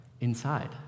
Inside